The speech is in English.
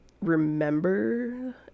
remember